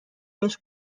بهش